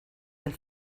del